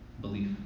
Belief